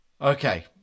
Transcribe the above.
Okay